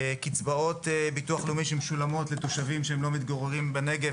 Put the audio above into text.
קצבאות ביטוח לאומי שמשולמות לתושבים שלא מתגוררים בנגב,